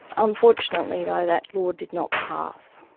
unfortunately, though, that law did not pass.